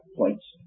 points